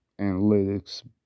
analytics